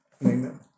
name